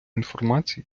інформації